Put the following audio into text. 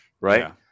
right